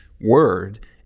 word